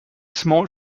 small